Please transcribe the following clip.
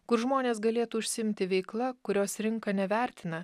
kur žmonės galėtų užsiimti veikla kurios rinka nevertina